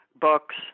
books